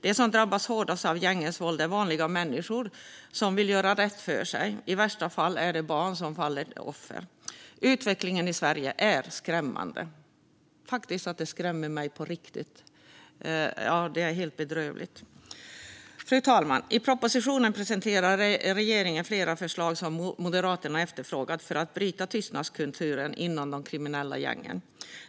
De som drabbas hårdast av gängens våld är vanliga människor som vill göra rätt för sig. I värsta fall är det barn som faller offer. Utvecklingen i Sverige är skrämmande. Den skrämmer mig på riktigt. Det är helt bedrövligt. Fru talman! I propositionen presenterar regeringen flera förslag som Moderaterna efterfrågat för att bryta tystnadskulturen inom de kriminella gängen.